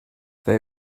they